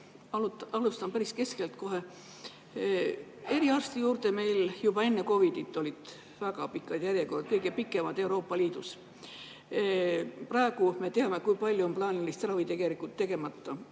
Alustan päris keskelt kohe. Eriarsti juurde olid juba enne COVID‑it väga pikad järjekorrad, kõige pikemad Euroopa Liidus. Me teame, kui palju on plaanilist ravi tegemata,